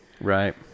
Right